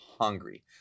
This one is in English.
hungry